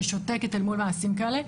ששותקת אל מול מעשים כאלה,